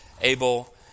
abel